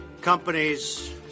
companies